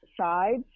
sides